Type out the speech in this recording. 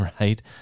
right